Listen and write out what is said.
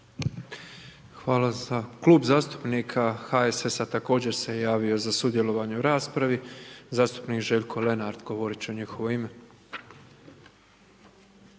Hvala. Klub zastupnika HSS-a također se javio za sudjelovanje u raspravi, zastupnik Željko Lenart govoriti će u njihovo ime.